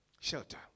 shelter